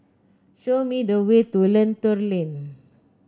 show me the way to Lentor Lane